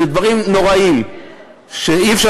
אלה דברים נוראיים שאי-אפשר